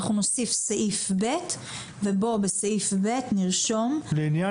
אנחנו נוסיף סעיף ב' ובסעיף ב' נרשום: לעניין